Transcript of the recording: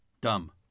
Dumb